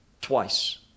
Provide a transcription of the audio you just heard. twice